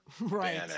right